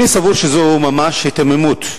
אני סבור שזאת ממש היתממות,